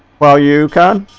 while you can